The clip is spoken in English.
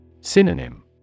Synonym